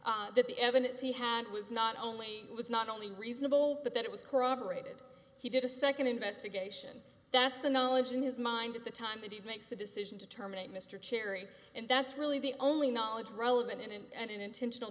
that that the evidence he had was not only was not only reasonable but that it was corroborated he did a second investigation that's the knowledge in his mind at the time that he makes the decision to terminate mr cherry and that's really the only knowledge relevant and an intentional